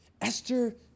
Esther